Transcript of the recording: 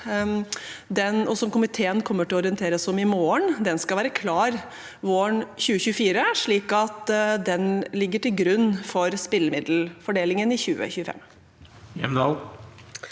komiteen kommer til å orientere oss om i morgen, skal være klar våren 2024, slik at den ligger til grunn for spillemiddelfordelingen i 2025.